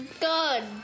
Good